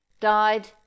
died